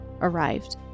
arrived